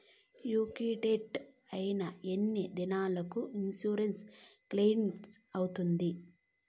Accident అయిన ఎన్ని దినాలకు ఇన్సూరెన్సు క్లెయిమ్ అవుతుంది?